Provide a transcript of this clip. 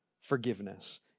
forgiveness